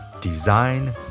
Design